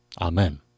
amen